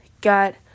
got